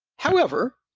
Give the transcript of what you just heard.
however,